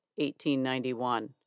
1891